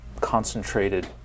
concentrated